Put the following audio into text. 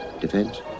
defense